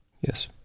Yes